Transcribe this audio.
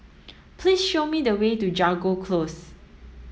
please show me the way to Jago Close